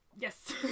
Yes